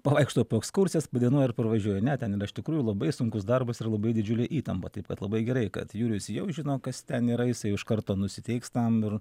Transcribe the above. pavaikšto po ekskursijas padainuoja ir parvažiuoja ne ten yra iš tikrųjų labai sunkus darbas ir labai didžiulė įtampa taip pat labai gerai kad jurijus jau žino kas ten yra jisai iš karto nusiteiks tam ir